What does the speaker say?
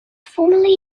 formerly